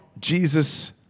Jesus